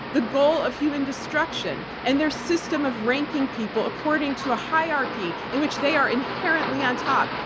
the goal of human destruction and their system of ranking people according to a hierarchy in which they are inherently on top,